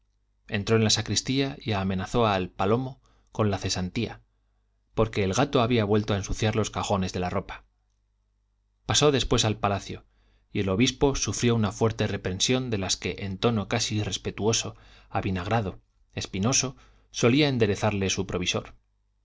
entró en la sacristía y amenazó al palomo con la cesantía porque el gato había vuelto a ensuciar los cajones de la ropa pasó después al palacio y el obispo sufrió una fuerte reprensión de las que en tono casi irrespetuoso avinagrado espinoso solía enderezarle su provisor